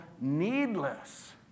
needless